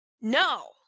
No